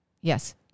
Yes